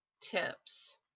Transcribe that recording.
tips